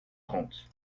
trente